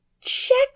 check